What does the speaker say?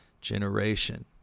generation